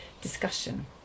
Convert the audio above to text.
discussion